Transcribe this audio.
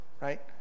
right